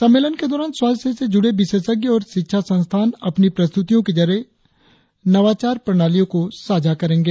सम्मेलन के दौरान स्वास्थ्य क्षेत्र से जुड़े विशेषज्ञ और शिक्षा संस्थान अपनी प्रस्तुतियों के जरिए नवाचार प्रणालियों को साझा करेंगे